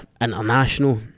international